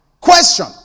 Question